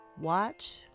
Watch